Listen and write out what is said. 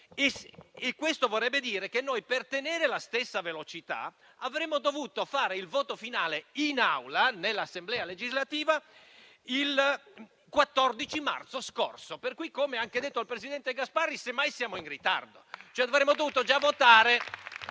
Questo vorrebbe dire che noi, per tenere la stessa velocità, avremmo dovuto avere il voto finale in Aula, nell'Assemblea legislativa, il 14 marzo scorso. Quindi, come anche detto dal presidente Gasparri, semmai siamo in ritardo,